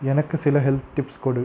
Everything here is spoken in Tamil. எனக்கு சில ஹெல்த் டிப்ஸ் கொடு